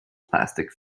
plastic